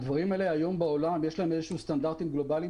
לדברים האלה היום בעולם יש איזשהם סטנדרטים גלובליים